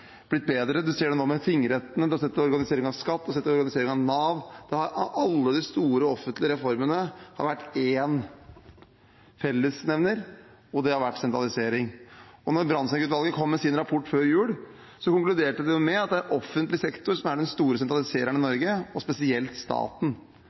bedre. Vi ser det nå med tingrettene. Vi har sett det med organisering av skatteetaten og organisering av Nav. Alle de store offentlige reformene har hatt én fellesnevner, og det har vært sentralisering. Da Brandtzæg-utvalget kom med sin rapport før jul, konkluderte de med at det er offentlig sektor som er den store sentralisereren